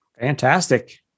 Fantastic